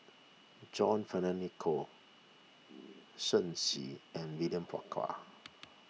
John Fearns Nicoll Shen Xi and William Farquhar